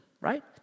right